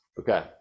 Okay